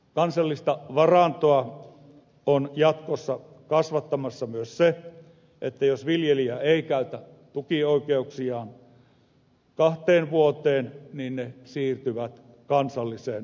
kansallista varantoa on jatkossa kasvattamassa myös se että jos viljelijä ei käytä tukioikeuksiaan kahteen vuoteen niin ne siirtyvät kansalliseen varantoon